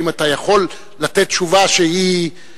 האם אתה יכול לתת תשובה שתענה